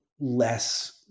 less